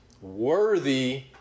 worthy